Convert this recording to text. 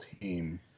team